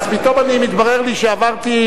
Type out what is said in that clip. אז פתאום מתברר לי שעברתי,